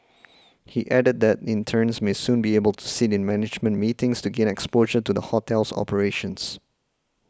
he added that interns may soon be able to sit in management meetings to gain exposure to the hotel's operations